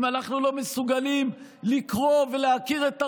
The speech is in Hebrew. אם אנחנו לא מסוגלים לקרוא ולהכיר את תרבותם,